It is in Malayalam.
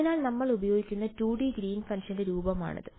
അതിനാൽ നമ്മൾ ഉപയോഗിക്കുന്ന 2D ഗ്രീൻ ഫംഗ്ഷന്റെ രൂപമാണിത്